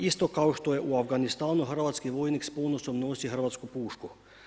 Isto kao što je u Afganistanu, hrvatski vojnik s ponosom nosi hrvatsku pušku.